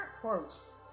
close